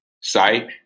site